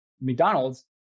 McDonald's